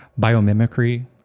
biomimicry